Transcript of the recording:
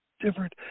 Different